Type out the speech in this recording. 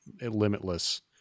limitless